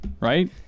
Right